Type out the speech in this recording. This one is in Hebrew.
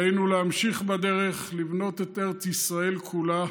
עלינו להמשיך בדרך, לבנות את ארץ ישראל כולה,